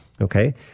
okay